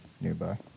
Nearby